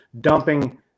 dumping